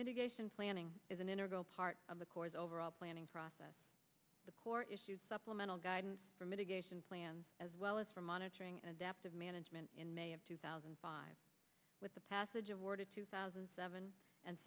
mitigation planning is an integral part of the corps overall planning process the core issues supplemental guidance for mitigation plans as well as for monitoring adaptive management in may of two thousand and five with the passage of word two thousand and seven and